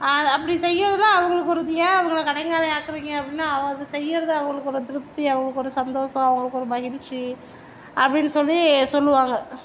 அப்படி செய்யறதில் அவங்களுக்கு ஒரு ஏன் அவங்கள கடனாளியாக்குறீங்க அப்படின்னு அது செய்யறது அவங்களுக்கு ஒரு திருப்தி அவங்களுக்கு ஒரு சந்தோஷம் அவங்களுக்கு ஒரு மகிழ்ச்சி அப்படின்னு சொல்லி சொல்லுவாங்க